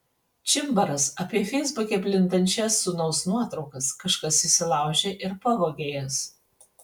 čimbaras apie feisbuke plintančias sūnaus nuotraukas kažkas įsilaužė ir pavogė jas